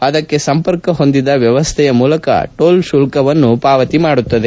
ಅದಕ್ಕೆ ಸಂಪರ್ಕ ಹೊಂದಿದ ವ್ಲವಸ್ಥೆಯ ಮೂಲಕ ಟೋಲ್ ಶುಲ್ತವನ್ನು ಪಾವತಿ ಮಾಡುತ್ತದೆ